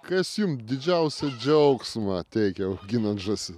kas jums didžiausią džiaugsmą teikia auginant žąsi